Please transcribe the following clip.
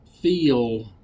feel